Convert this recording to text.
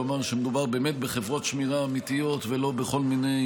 כלומר שמדובר בחברות שמירה אמיתיות ולא בכל מיני